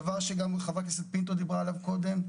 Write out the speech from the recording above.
דבר שגם חברת הכנסת פינטו דיברה עליו קודם.